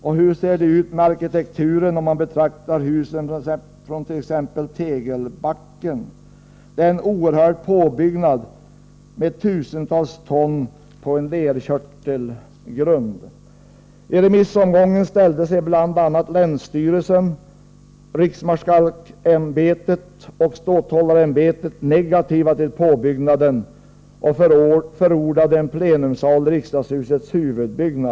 Och hur ser det ut med arkitekturen, om man betraktar husen från t.ex. Tegelbacken? Det har blivit en oerhörd påbyggnad, med tusentals ton på en lerkörtelgrund. I remissomgången ställde sig bl.a. länsstyrelsen, riksmarskalksämbetet och ståthållarämbetet negativa till påbyggnaden och förordade en plenisal i riksdagshusets huvudbyggnad.